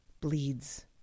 Bleeds